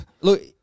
Look